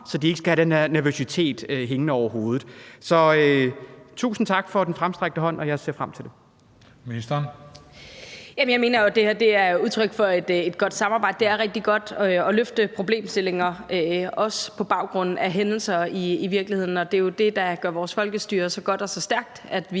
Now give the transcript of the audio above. (Christian Juhl): Ministeren. Kl. 13:37 Transportministeren (Trine Bramsen): Jeg mener jo, at det her er udtryk for et godt samarbejde. Det er rigtig godt at løfte problemstillinger også på baggrund af hændelser i virkeligheden. Det er jo det, der gør vores folkestyre så godt og så stærkt,